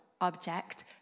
object